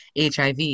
HIV